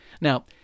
Now